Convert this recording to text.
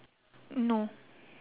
no